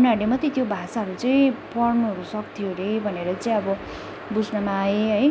उनाहरले मात्रै त्यो भाषाहरू चाहिँ पढ्नुहरू सक्थ्यो हरे भनेर चाहिँ अब बुझ्नमा आए है